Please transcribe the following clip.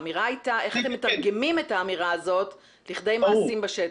האמירה הייתה איך אתם מתרגמים את האמירה הזאת לכדי מעשים בשטח.